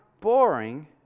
boring